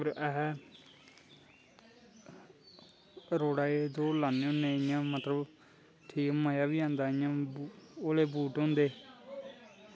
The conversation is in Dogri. और ऐहा रोड़ा च दौड़ लान्ने होनें मतलव कि ठीक ऐ मज़ा बी आंदा इयां होले बूट होंदे